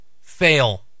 fail